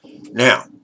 Now